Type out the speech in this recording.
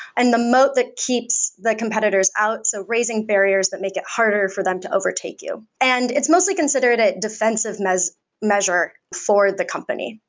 and the moat that keeps the competitors out. so raising barriers that make it harder for them to overtake you, and it's mostly considered a defensive measure measure for the company.